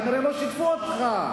כנראה לא שיתפו אותך.